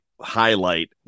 highlight